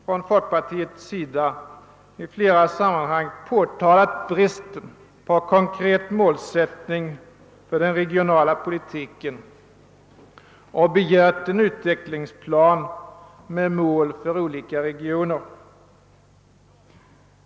Från folkpartiets sida har vi i flera sammanhang påtalat bristen på konkret målsättning för den regionala politiken och begärt en utvecklingsplan med mål för olika regioner.